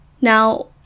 Now